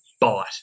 bite